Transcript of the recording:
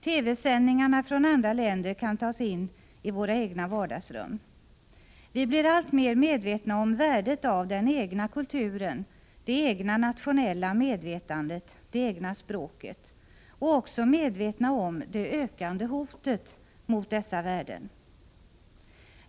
TV-sändningarna från andra länder kan tas in i våra egna vardagsrum. Vi blir alltmer medvetna om värdet av den egna kulturen, det enda nationella medvetandet, det egna språket; och också medvetna om det ökande hotet mot dessa värden.